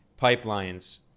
pipelines